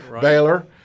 Baylor